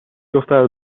دختر